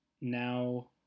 now